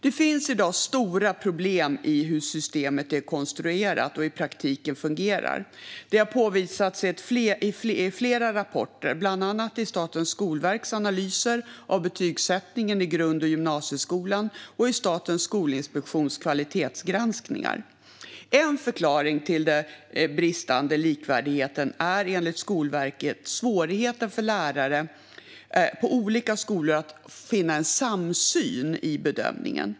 Det finns i dag stora problem med hur systemet är konstruerat och i praktiken fungerar. Det har påvisats i flera rapporter, bland annat i Statens skolverks analyser av betygsättningen i grund och gymnasieskolan och i Statens skolinspektions kvalitetsgranskningar. En förklaring till den bristande likvärdigheten är enligt Skolverket svårigheten för lärare på olika skolor att finna en samsyn i bedömningen.